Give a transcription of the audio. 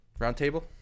Roundtable